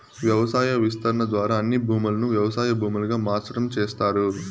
వ్యవసాయ విస్తరణ ద్వారా అన్ని భూములను వ్యవసాయ భూములుగా మార్సటం చేస్తారు